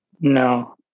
No